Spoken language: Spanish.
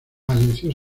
falleció